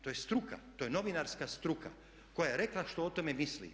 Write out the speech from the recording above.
To je struka, to je novinarska struka koja je rekla što o tome misli.